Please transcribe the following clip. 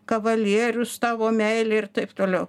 kavalierius tavo meilė ir taip toliau